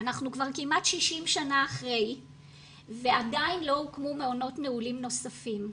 אנחנו כבר כמעט 60 שנה אחרי ועדיין לא הוקמו מעונות נעולים נוספים.